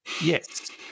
Yes